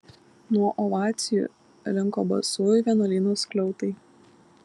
nuo ovacijų linko basųjų vienuolyno skliautai